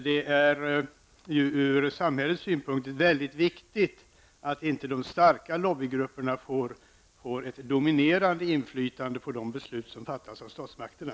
Det är från samhällets synpunkt viktigt att de starka lobbygrupperna inte får ett dominerande inflytande på de beslut som fattas av statsmakterna.